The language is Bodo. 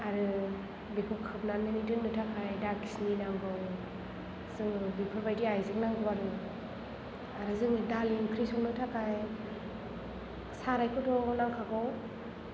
आरो बेखौ खोबनानै दोननो थाखाय दाखिनि नांगौ जोंनो बेफोरबायदि आयजें नांगौ आरो आरो जोंनि दालि ओंख्रि संनो थाखाय सारायखौथ' नांखागौ